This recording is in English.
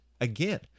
again